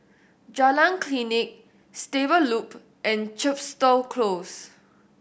Jalan Klinik Stable Loop and Chepstow Close